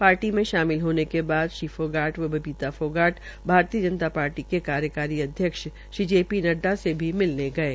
party में शामिल होने के बाद श्री फोगाट व बबीता फोगाट भारतीय जनता पार्टीके कार्यकारी अध्यक्ष श्री जे पी नड्डा से भी मिलने गये